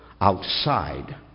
outside